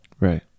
Right